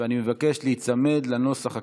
אני מבקש להיצמד לנוסח הכתוב.